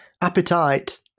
appetite